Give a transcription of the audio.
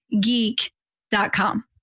geek.com